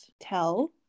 tell